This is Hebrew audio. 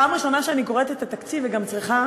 פעם ראשונה שאני קוראת את התקציב וגם צריכה